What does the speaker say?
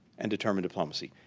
and determined diplomacy.